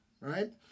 right